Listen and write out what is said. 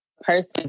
person